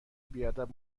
بیادب